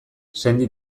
sendi